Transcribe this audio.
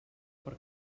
per